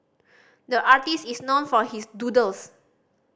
the artist is known for his doodles